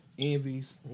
Envy's